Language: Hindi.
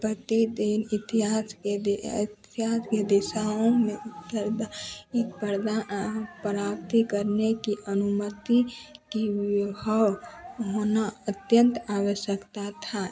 प्रतिदिन इतिहास के इतिहास के दिशाओं में पर्दा ही स्पर्धा प्राप्ति करने की अनुमति की व्योहाव होना अत्यंत आवश्यक था